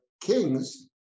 Kings